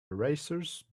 racers